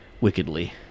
Wickedly